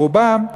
או רובם,